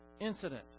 incident